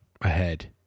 ahead